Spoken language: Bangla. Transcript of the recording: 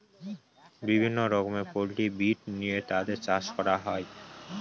বিভিন্ন রকমের পোল্ট্রি ব্রিড নিয়ে তাদের চাষ করা হয়